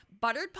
buttered